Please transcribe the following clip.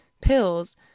pills